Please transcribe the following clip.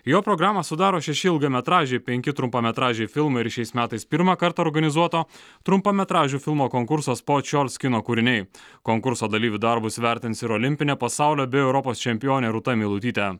jo programą sudaro šeši ilgametražiai penki trumpametražiai filmai ir šiais metais pirmą kartą organizuoto trumpametražių filmų konkurso počiols kino kūriniai konkurso dalyvių darbus vertins ir olimpinė pasaulio bei europos čempionė rūta meilutytė